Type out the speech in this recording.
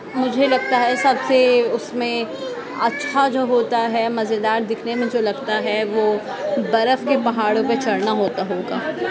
مجھے لگتا ہے سب سے اس میں اچھا جو ہوتا ہے مزے دار دکھنے میں جو لگتا ہے وہ برف کے پہاڑوں پہ چڑھنا ہوتا ہوگا